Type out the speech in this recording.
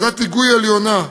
ועדת היגוי עליונה,